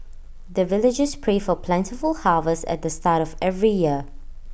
the villagers pray for plentiful harvest at the start of every year